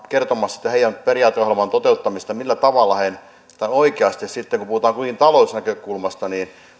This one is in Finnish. kertomassa heidän periaateohjelmansa toteuttamista millä tavalla he tämän oikeasti sitten kun puhutaan kuitenkin talousnäkökulmasta